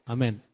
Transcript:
Amen